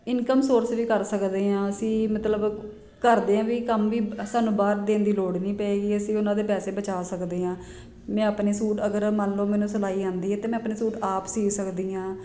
income source ਵੀ ਕਰ ਸਕਦੇ ਹਾਂ ਅਸੀਂ ਮਤਲਬ ਘਰ ਦਿਆਂ ਵੀ ਕੰਮ ਵੀ ਸਾਨੂੰ ਬਾਹਰ ਦੇਣ ਦੀ ਲੋੜ ਨਹੀਂ ਪਵੇਗੀ ਅਸੀਂ ਉਨ੍ਹਾਂ ਦੇ ਪੈਸੇ ਬਚਾ ਸਕਦੇ ਹਾਂ ਮੈਂ ਆਪਣੇ ਸੂਟ ਅਗਰ ਮੰਨ ਲਓ ਮੈਨੂੰ ਸਿਲਾਈ ਆਉਂਦੀ ਹੈ ਤਾਂ ਮੈਂ ਆਪਣੇ ਸੂਟ ਆਪ ਸਿਓਂ ਸਕਦੀ ਹਾਂ